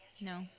No